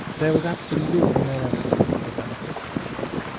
there was absolutely no evidence of a benefit of fish oil.